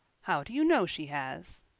how do you know she has?